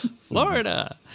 Florida